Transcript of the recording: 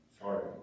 Sorry